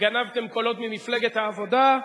גנבתם קולות ממפלגת העבודה,